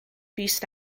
fis